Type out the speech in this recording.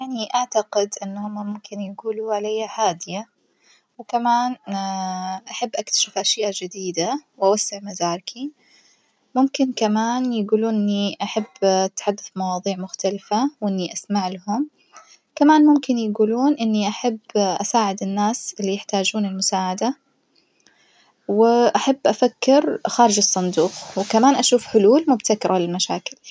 يعني أعتقد إن هما ممكن يجولوا عليا هادية وكمان أحب أكتشف أشياء جديدة وأوسع مداركي، ممكن كمان يجولون إني أحب أتحدث بمواظيع مختلفة وإني أسمعلهم، كمان ممكن يجولون إني أحب أساعد الناس اللي يحتاجون المساعدة، وأحب أفكر خارج الصندوق وكمان أشوف حلول مبتكرة للمشاكل.